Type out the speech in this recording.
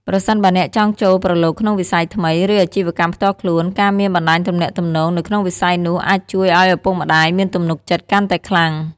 ប្រសិនបើអ្នកចង់ចូលប្រឡូកក្នុងវិស័យថ្មី ឬអាជីវកម្មផ្ទាល់ខ្លួន ការមានបណ្ដាញទំនាក់ទំនង នៅក្នុងវិស័យនោះអាចជួយឲ្យឪពុកម្ដាយមានទំនុកចិត្តកាន់តែខ្លាំង។